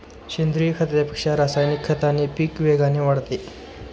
सेंद्रीय खतापेक्षा रासायनिक खताने पीक वेगाने वाढते